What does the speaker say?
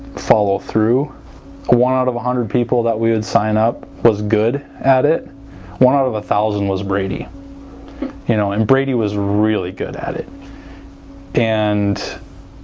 follow through one out of a hundred people that we would sign up was good at it one out of a thousand was brady you know and brady was really good at it and